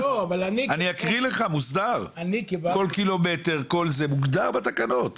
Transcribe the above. כל קילומטר מוגדר בתקנות,